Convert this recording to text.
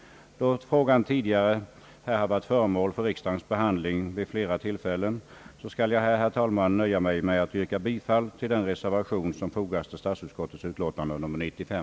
Då frågan tidigare har varit föremål för riksdagens behandling skall jag, herr talman, nöja mig med att yrka bifall till den reservation som har fogats till statsutskottets utlåtande nr 95.